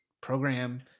program